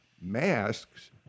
masks